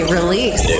Release